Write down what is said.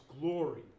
glory